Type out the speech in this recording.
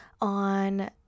On